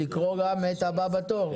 לקרוא גם את הסעיף הבא בתור.